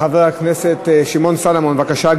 חבר הכנסת שמעון סולומון, בבקשה.